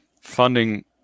Funding